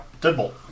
Deadbolt